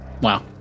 Wow